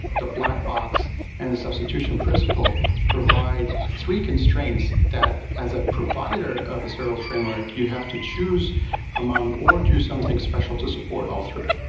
the black box and the substitution principle provide three constraints that as a provider of the serverless framework, you have to choose among or do something special to support all three.